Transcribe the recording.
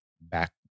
back